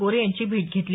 गोरे यांची भेट घेतली